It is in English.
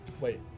Wait